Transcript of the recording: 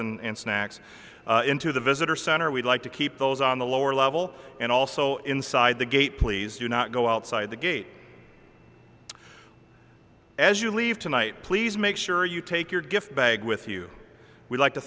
and snacks into the visitor center we'd like to keep those on the lower level and also inside the gate please do not go outside the gate as you leave tonight please make sure you take your gift bag with you we'd like to